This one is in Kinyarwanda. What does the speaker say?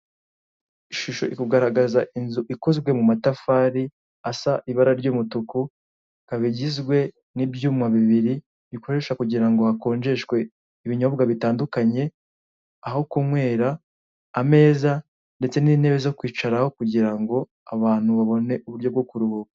Ishusho iri kugaragaza inzu ikozwe mu matafari asa ibara ry'umutuku, ikaba igizwe n'ibyuma bibiri bikoresha kugira ngo hakonjeshwe ibinyobwa bitandukanye, aho kunywera, ameza ndetse n'intebe zo kwicaraho kugira ngo abantu babone uburyo bwo kuruhuka.